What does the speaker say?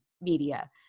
media